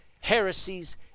heresies